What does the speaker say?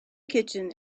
kitchen